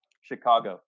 Chicago